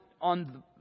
on